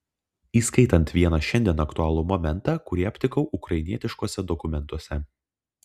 įskaitant vieną šiandien aktualų momentą kurį aptikau ukrainietiškuose dokumentuose